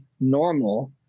normal